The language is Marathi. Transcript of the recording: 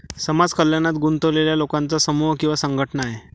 समाज कल्याणात गुंतलेल्या लोकांचा समूह किंवा संघटना आहे